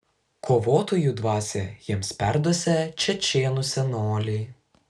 kovotojų dvasią jiems perduosią čečėnų senoliai